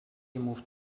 moved